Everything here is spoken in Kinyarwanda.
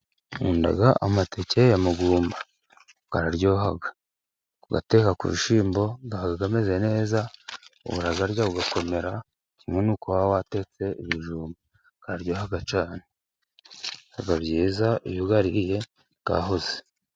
Nkunda amateke ya mugumba. Araryoha. Kuyateka ku bishyimbo aba ameze neza. Urayarya ugakomera kimwe n'uko waba watetse ibijumba. Araryoha cyane. Biba byiza iyo uyariye yahoze.